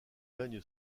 gagne